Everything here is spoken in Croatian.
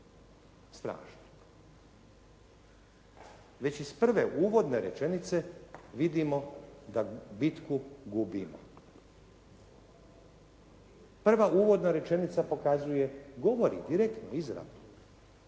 mladima.". Već iz prve uvodne rečenice vidimo da bitku gubimo. Prva uvodna rečenica pokazuje, govori direktno izravno